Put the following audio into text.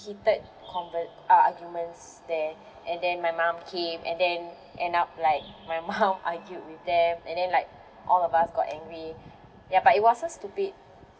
heated conver~ uh arguments there and then my mum came and then end up like my mum argued with them and then like all of us got angry ya but it was so stupid